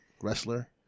wrestler